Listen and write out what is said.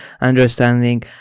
understanding